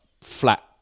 flat